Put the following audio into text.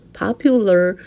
popular